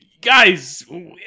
guys